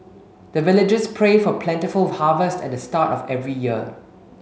the villagers pray for plentiful harvest at the start of every year